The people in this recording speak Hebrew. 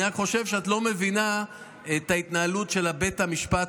אני רק חושב שאת לא מבינה את ההתנהלות של בית המשפט